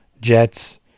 Jets